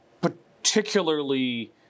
particularly